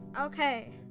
Okay